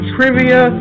Trivia